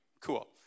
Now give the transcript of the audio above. cool